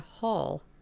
Hall